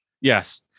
Yes